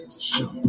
show